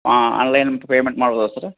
ಹಾಂ online payment ಮಾಡ್ಬೋದ sir